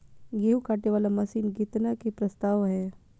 गेहूँ काटे वाला मशीन केतना के प्रस्ताव हय?